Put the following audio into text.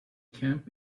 camp